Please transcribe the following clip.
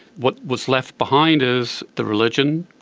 what was left behind is the religion,